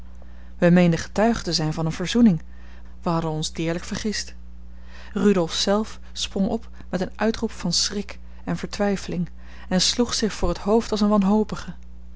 wij meenden getuigen te zijn van eene verzoening wij hadden ons deerlijk vergist rudolf zelf sprong op met een uitroep van schrik en vertwijfeling en sloeg zich voor het hoofd als een wanhopige